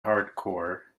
hardcore